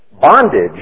Bondage